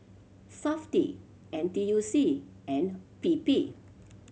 Safti N T U C and P P